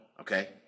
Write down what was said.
okay